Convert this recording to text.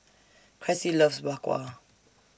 Cressie loves Bak Kwa